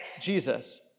Jesus